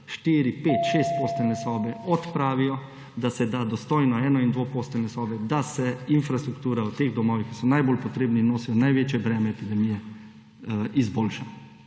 pet-, šestposteljne sobe odpravijo, da se da dostojno eno- in dvoposteljne sobe, da se infrastruktura v teh domovih, ki so najbolj potrebni in nosijo največje breme epidemije, izboljša.